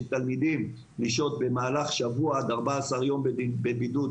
תלמידים לשהות במהלך שבוע עד 14 יום בבידוד,